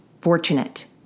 fortunate